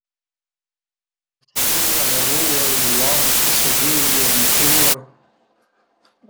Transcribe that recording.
Bateria, le rue, ël vulant, i sedìi, ël mutur